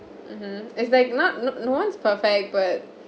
mmhmm it's like not no no one's perfect but